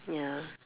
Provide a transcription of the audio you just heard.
ya